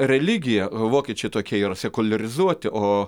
religija vokiečiai tokie yra sekuliarizuoti o